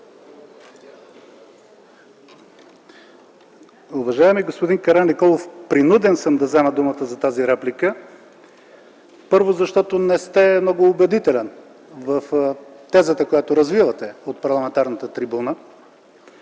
Уважаеми господин Караниколов, принуден съм да взема думата за тази реплика, първо, защото не сте много убедителен в тезата, която развивате от парламентарната трибуна.